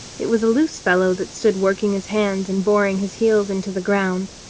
it was a loose fellow that stood working his hands and boring his heels into the ground.